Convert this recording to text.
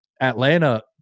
atlanta